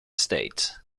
states